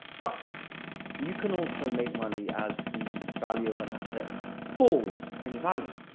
but you can also make money as the value of an asset falls in value,